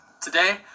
today